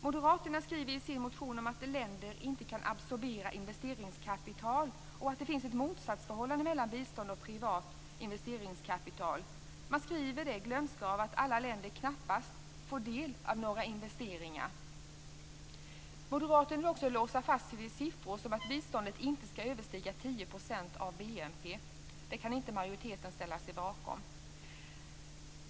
Moderaterna skriver i sin motion om att länder inte kan absorbera investeringskapital och att det finns ett motsatsförhållande mellan bistånd och privat investeringskapital. Moderaterna skriver detta glömska av att alla länder knappast får del av några investeringar. Moderaterna vill också låsa fast sig vid siffror, t.ex. att biståndet inte skall överstiga 10 % av BNP. Det kan inte majoriteten ställa sig bakom.